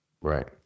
Right